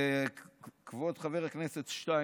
כבוד חבר הכנסת שטייניץ.